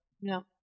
No